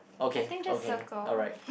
okay okay alright